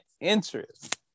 interest